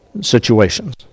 situations